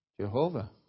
Jehovah